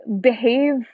behave